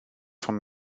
vom